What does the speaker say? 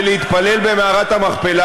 ולהתפלל במערת המכפלה,